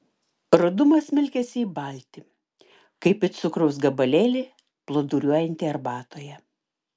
rudumas smelkiasi į baltį kaip į cukraus gabalėlį plūduriuojantį arbatoje